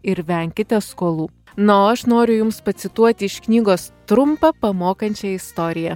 ir venkite skolų na aš noriu jums pacituoti iš knygos trumpą pamokančią istoriją